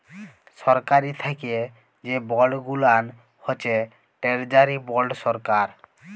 সরকারি থ্যাকে যে বল্ড গুলান হছে টেরজারি বল্ড সরকার